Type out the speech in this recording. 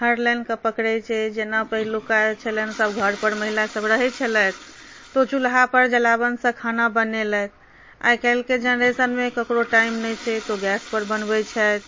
हर लाइनके पकड़ैत छै जेना पहिलुका छलनि सभ घर पर महिला सभ रहैत छलथि तऽ ओ चूल्हा पर जलाओनसँ खाना बनेलथि आइ कल्हिके जेनरेशनमे ककरो टाइम नहि छै तऽ ओ गैस पर बनबैत छथि